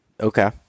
Okay